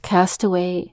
Castaway